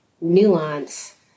nuance